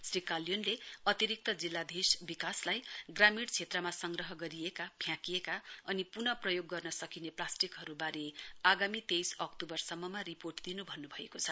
श्री काल्योनले अतिरिक्त जिल्लाधीश विकास लाई ग्रामीण क्षेत्रमा संग्रह गरिएका फ्याँकिएका अनि पुन प्रयोग गर्न सकिने प्लास्टिकहरुवारे आगामी तेइस अक्तूबर सम्ममा रिपोर्ट दिनु भन्नुभएको छ